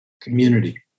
community